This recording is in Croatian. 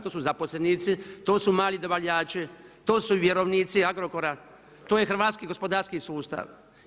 To su zaposlenici, to su mali dobavljači, to su vjerovnici Agrokora, to je hrvatski gospodarski sustav.